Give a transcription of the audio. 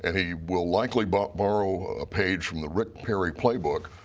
and he will likely but borrow a page from the rick perry playbook.